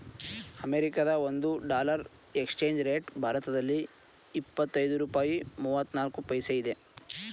ಅಮೆರಿಕದ ಒಂದು dollar exchange rate ಭಾರತದಲ್ಲಿ ಎಪ್ಪತ್ತೈದು ರೂಪಾಯಿ ಮೂವ್ನಾಲ್ಕು ಪೈಸಾ ಇದೆ